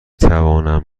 توانم